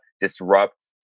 disrupt